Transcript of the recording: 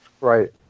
Right